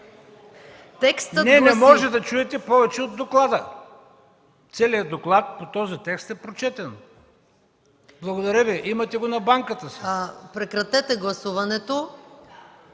Не, не може да чуете повече от доклада. Целият доклад по този текст е прочетен. Благодаря Ви. Имате го на банката си. ПРЕДСЕДАТЕЛ